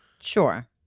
Sure